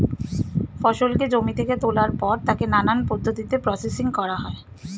ফসলকে জমি থেকে তোলার পর তাকে নানান পদ্ধতিতে প্রসেসিং করা হয়